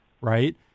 right